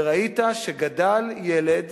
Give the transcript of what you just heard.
וראית שגדל ילד